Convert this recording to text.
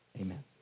Amen